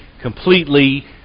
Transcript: completely